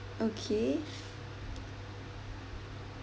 okay